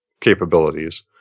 capabilities